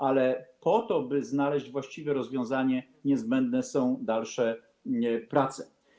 Ale po to, by znaleźć właściwe rozwiązanie, niezbędne są dalsze prace.